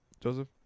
Joseph